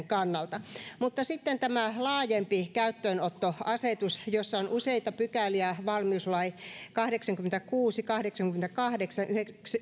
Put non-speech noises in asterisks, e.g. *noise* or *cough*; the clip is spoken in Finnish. *unintelligible* kannalta sitten on tämä laajempi käyttöönottoasetus jossa on useita pykäliä valmiuslain kahdeksankymmentäkuusi kahdeksankymmentäkahdeksan